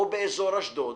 או באזור אשדוד,